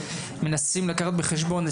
מנסים לקחת בחשבון,